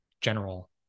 general